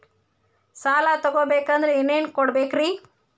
ಸಾಲ ತೊಗೋಬೇಕಂದ್ರ ಏನೇನ್ ಕೊಡಬೇಕ್ರಿ?